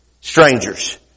strangers